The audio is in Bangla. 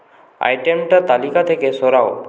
আইটেমটা তালিকা থেকে সরাও